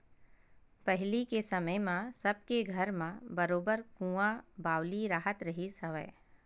पहिली के समे म सब के घर म बरोबर कुँआ बावली राहत रिहिस हवय